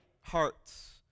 hearts